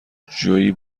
جویی